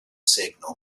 signal